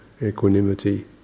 equanimity